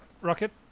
Rocket